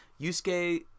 Yusuke